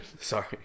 Sorry